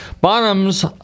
Bonham's